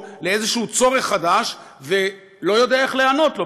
לאיזשהו צורך חדש ולא יודע איך להיענות לו.